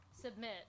Submit